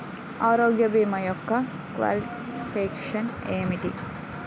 ఆరోగ్య భీమా యెక్క క్వాలిఫికేషన్ ఎంటి?